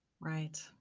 Right